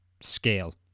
scale